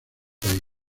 país